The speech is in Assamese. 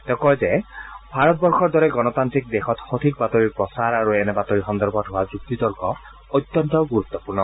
তেওঁ কয় যে ভাৰতবৰ্ষৰ দৰে গণতান্ত্ৰিক দেশত সঠিক বাতৰিৰ প্ৰচাৰ আৰু এনে বাতৰি সন্দৰ্ভত হোৱা যুক্তিতৰ্ক অত্যন্ত গুৰুত্পূৰ্ণ